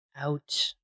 out